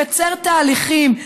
מקצר תהליכים,